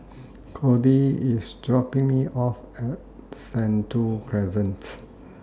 Kody IS dropping Me off At Sentul Crescents